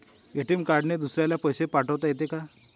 ATM कार्डने दुसऱ्याले पैसे पाठोता येते का?